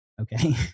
okay